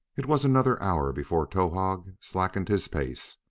it was another hour before towahg slackened his pace.